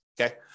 okay